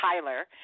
Tyler